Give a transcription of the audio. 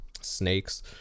snakes